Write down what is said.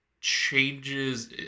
changes